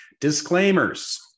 Disclaimers